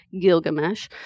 Gilgamesh